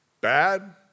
bad